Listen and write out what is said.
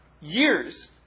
years